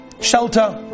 shelter